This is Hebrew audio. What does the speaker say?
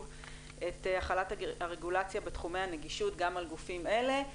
את החלת הרגולציה בתחומי הנגישות גם על גופים אלה.